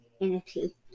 entity